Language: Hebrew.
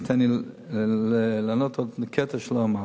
אז תן לי לענות עוד קטע שלא אמרתי.